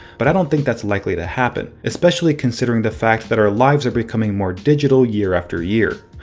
but i don't think that's likely to happen. especially considering the fact that our lives are becoming more digital year after year.